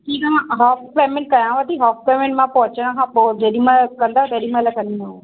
ठीकु हा मां हाफ पेमेंट कयांव थी हाफ पेमेंट मां पहुचण खां पोइ जेॾीमहिल कंदा तेॾीमहिल कंदासीं